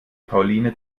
pauline